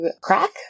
crack